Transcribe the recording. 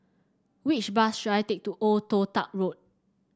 which bus should I take to Old Toh Tuck Road